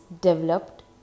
developed